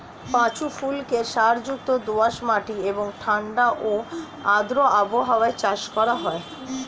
পাঁচু ফুলকে সারযুক্ত দোআঁশ মাটি এবং ঠাণ্ডা ও আর্দ্র আবহাওয়ায় চাষ করা হয়